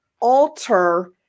alter